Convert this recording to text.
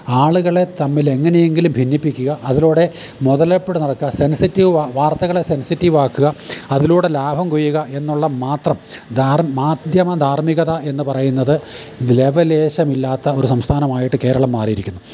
ആളുകളെ തമ്മിൽ എങ്ങനെയെങ്കിലും ഭിന്നിപ്പിക്കുക അതിലൂടെ മുതലെടുപ്പ് നടക്കുക സെൻസിറ്റീവ് വാർത്തകളെ സെൻസിറ്റീവ് ആക്കുക അതിലൂടെ ലാഭം കൊയ്യുക എന്നുള്ള മാത്രം മാധ്യമം ധാർമികത എന്ന് പറയുന്നത് ലെവലേശമില്ലാത്ത ഒരു സംസ്ഥാനമായിട്ട് കേരളം മാറിയിരിക്കുന്നു